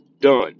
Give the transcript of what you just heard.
done